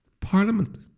Parliament